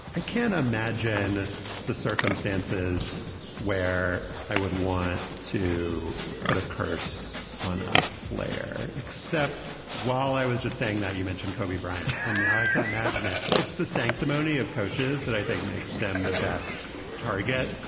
i can't imagine the circumstances where i would want to put a curse on ah a player, except while i was just saying that you mentioned kobe bryant. and i can imagine that it's the sanctimony of coaches that i think makes them the best target.